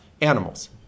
animals